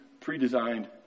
pre-designed